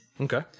Okay